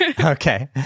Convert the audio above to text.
Okay